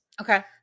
Okay